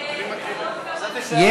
אדוני היושב-ראש, אני מבקשת להוסיף גם אותי.